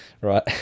Right